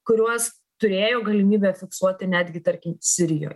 kuriuos turėjo galimybę fiksuoti netgi tarkim sirijoj